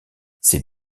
ces